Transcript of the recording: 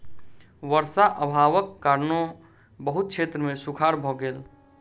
वर्षा अभावक कारणेँ बहुत क्षेत्र मे सूखाड़ भ गेल